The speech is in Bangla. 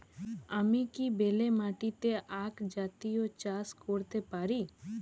আমি কি বেলে মাটিতে আক জাতীয় চাষ করতে পারি?